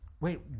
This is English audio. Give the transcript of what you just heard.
wait